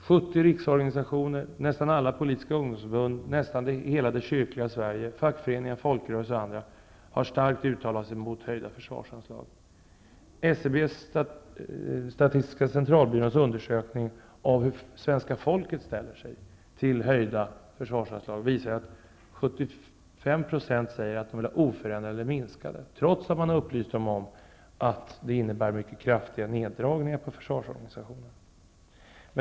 70 riksorganisationer, nästan alla politiska ungdomsförbund, nästan hela det kyrkliga Sverige, fackföreningar, folkrörelser och andra har starkt uttalat sig mot höjda försvarsanslag. Statistiska centralbyråns undersökning av hur svenska folket ställer sig till höjda försvarsanslag visar att 75 % vill ha oförändrade eller minskade anslag, trots att de har blivit upplysta om att det skulle innebära mycket kraftiga neddragningar av försvarsorganisationen.